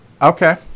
Okay